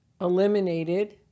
eliminated